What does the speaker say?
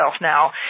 now